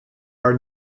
are